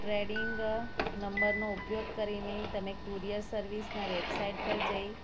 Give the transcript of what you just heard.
trading નંબરનો ઉપયોગ કરીને તમે કુરિયર સર્વિસની વેબસાઈટ પર જઈ